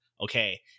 okay